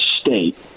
state